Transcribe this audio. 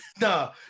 no